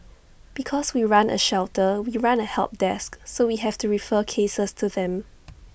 because we run A shelter we run A help desk so we have to refer cases to them